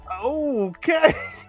Okay